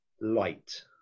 light